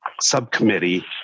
subcommittee